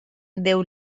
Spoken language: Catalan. déu